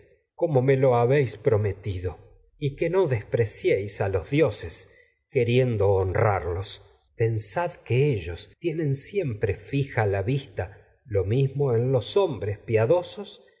como me y habéis prometido que no despreciéis que a los dioses queriendo honrarlos fija los pensad en ellos tienen siempre piadosos que la vista lo mismo los hombres